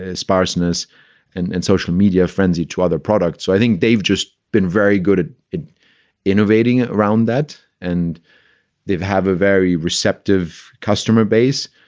ah sparseness and and social media frenzy to other product. so i think they've just been very good at innovating around that and they've have a very receptive customer base.